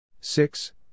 six